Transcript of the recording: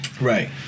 right